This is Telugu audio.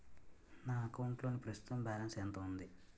నా అకౌంట్ లోని ప్రస్తుతం బాలన్స్ ఎంత ఉంది?